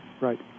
Right